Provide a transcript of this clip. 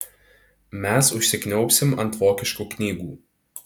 mes užsikniaubsim ant vokiškų knygų